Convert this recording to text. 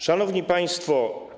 Szanowni Państwo!